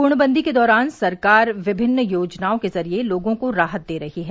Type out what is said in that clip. पूर्णबंदी के दौरान सरकार विभिन्न योजनाओं के जरिए लोगों को राहत दे रही है